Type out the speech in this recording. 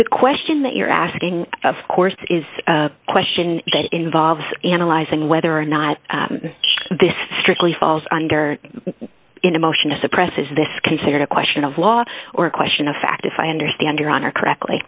the question that you're asking of course is a question that involves analyzing whether or not this strictly falls under in a motion to suppress is this considered a question of law or a question of fact if i understand your honor correctly